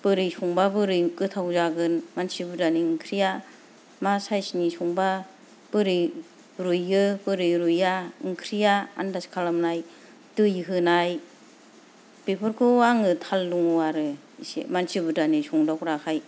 बोरै संबा बोरै गोथाव जागोन मानसि बुरजानि ओंख्रिया मा साइसनि संबा बोरै रुयो बोरै रुया ओंख्रिया आनदास खालामनाय दै होनाय बेफोरखौ आं थाल दङ आरो मानसि बुरजानि संदावग्राखाय